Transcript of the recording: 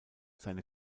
seine